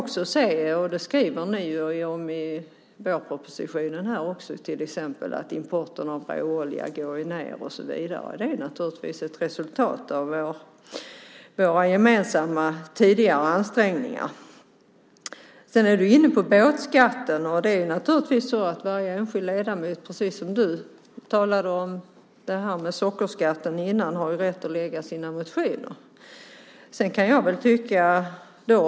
I vårpropositionen skriver ni till exempel att importen av råolja går ned och så vidare. Det är naturligtvis ett resultat av våra gemensamma tidigare ansträngningar. Du var inne på båtskatten. Det är naturligtvis så att varje enskild ledamot har rätt att lägga fram sina motioner, precis som du talade om när det handlade om sockerskatten.